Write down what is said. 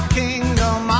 kingdom